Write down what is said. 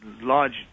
large